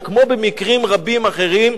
וכמו במקרים רבים אחרים,